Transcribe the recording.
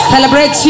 Celebrate